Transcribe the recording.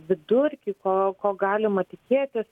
vidurkį ko ko galima tikėtis